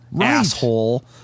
asshole